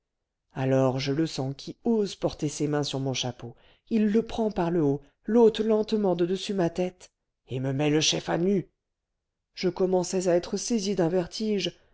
alors je le sens qui ose porter ses mains sur mon chapeau il le prend par le haut l'ôte lentement de dessus ma tête et me met le chef à nu je commençais à être saisi d'un vertige